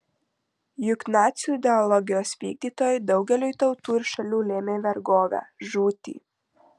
juk nacių ideologijos vykdytojai daugeliui tautų ir šalių lėmė vergovę žūtį